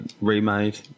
remade